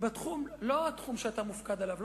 לא בתחום שאתה מופקד עליו,